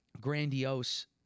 grandiose